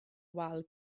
wal